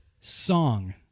song